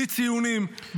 בלי ציונים,